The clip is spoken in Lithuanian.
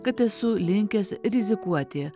kad esu linkęs rizikuoti